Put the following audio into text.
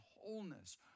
wholeness